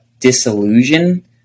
disillusion